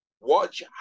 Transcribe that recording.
Watch